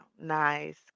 nice